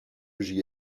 j’y